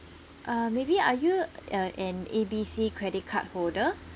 uh maybe are you uh an A B C credit card holder